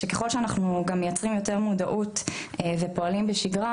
שכלל שאנחנו גם מייצרים יותר מודעות ופועלים בשגרה,